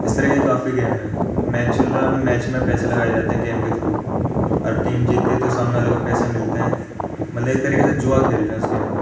اس طرح کے کافی گیم ہیں میچ چل رہا ہے ابھی میچ میں پیسے لگائے جاتے ہیں گیم کے تھرو اور ٹیم جیتتی ہے تو سامنے والے کو پیسے ملتے ہیں مطلب ایک طریقے سے جوا کھیلتے ہیں اس کے اندر